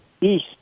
east